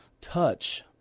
touch